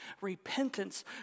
Repentance